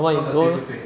so what are your goals